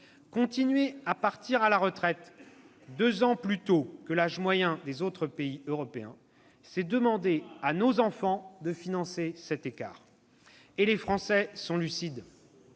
Continuer à partir à la retraite deux ans plus tôt que l'âge moyen des autres pays européens, c'est demander à nos enfants de financer cet écart. Et les Français sont lucides